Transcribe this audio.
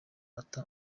ata